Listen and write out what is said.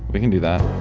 we can do that